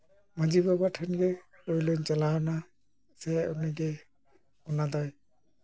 ᱢᱟᱹᱡᱷᱤ ᱵᱟᱵᱟ ᱴᱷᱮᱱᱜᱮ ᱯᱳᱭᱞᱳᱧ ᱪᱟᱞᱟᱣ ᱮᱱᱟ ᱥᱮ ᱩᱱᱤᱜᱮ ᱚᱱᱟ ᱫᱚᱭ